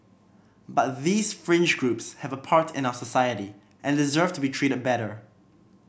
but these fringe groups have a part in our society and deserve to be treated better